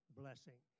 blessing